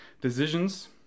decisions